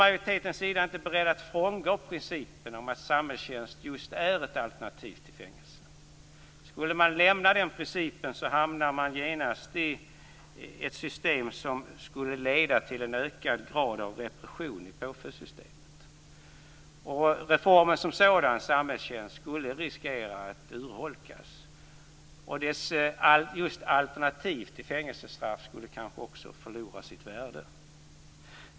Majoriteten är inte beredd att frångå principen att samhällstjänst just är ett alternativ till fängelse. Skulle man lämna den principen hamnar man genast i ett system som skulle leda till en ökad grad av repression i påföljdssystemet. Reformen som sådan, samhällstjänsten, skulle riskera att urholkas, och den skulle kanske förlora sitt värde just som ett alternativ till fängelsestraff.